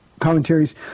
Commentaries